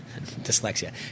dyslexia